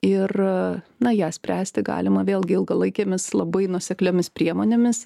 ir na ją spręsti galima vėlgi ilgalaikėmis labai nuosekliomis priemonėmis